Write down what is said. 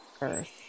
earth